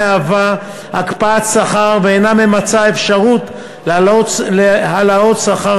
להביא לחיסכון בעלויות השכר